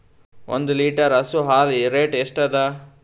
ಒಂದ್ ಲೀಟರ್ ಹಸು ಹಾಲ್ ರೇಟ್ ಎಷ್ಟ ಅದ?